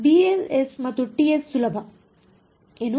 ಆದ್ದರಿಂದ b's ಮತ್ತು t's ಸುಲಭ ಏನು